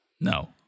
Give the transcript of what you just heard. No